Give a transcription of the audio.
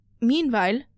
Meanwhile